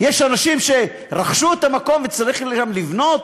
יש אנשים שרכשו את המקום וצריך לבנות.